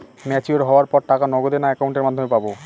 Mature হওয়ার পর টাকা নগদে না অ্যাকাউন্টের মাধ্যমে পাবো?